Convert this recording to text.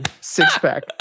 Six-pack